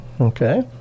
Okay